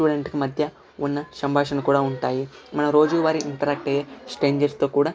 student కి మధ్య ఉన్న సంభాషణ కూడా ఉంటాయి మన రోజువారి ఇంటరాక్ట్ అయ్యే స్ట్రేంజర్స్ తో కూడా